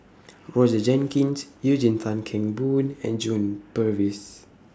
Roger Jenkins Eugene Tan Kheng Boon and John Purvis